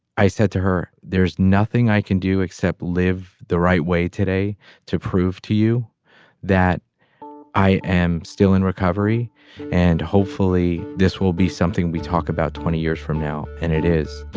i said to her, there's nothing i can do except live the right way today to prove to you that i am still in recovery and hopefully this will be something we talk about twenty years from now. and it is